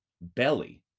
belly